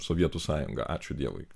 sovietų sąjunga ačiū dievui